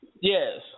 Yes